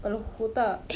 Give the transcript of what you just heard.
kepala otak